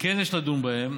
ויש לדון בהם,